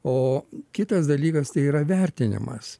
o kitas dalykas tai yra vertinimas